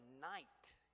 night